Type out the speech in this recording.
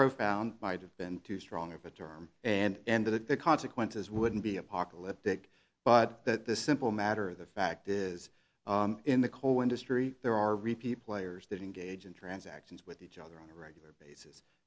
profound might have been too strong of a term and that the consequences wouldn't be apocalyptic but that this simple matter the fact is in the coal industry there are repeat players that engage in transactions with each other on a regular basis